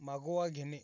मागोवा घेणे